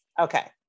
okay